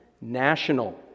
national